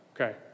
Okay